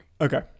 Okay